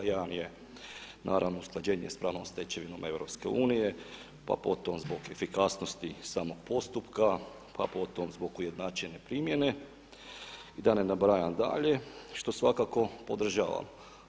Jedan je naravno usklađenje sa pravnom stečevinom EU pa potom zbog efikasnosti samog postupka, pa potom zbog ujednačene primjene i da ne nabrajam dalje, što svakako podržavam.